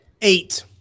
Eight